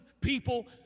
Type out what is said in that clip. people